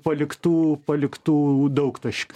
paliktų paliktų daugtaškių